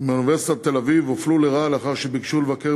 מאוניברסיטת תל-אביב הופלו לרעה לאחר שביקשו לבקר